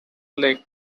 lake